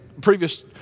previous